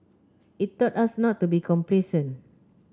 it taught us not to be complacent